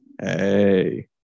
Hey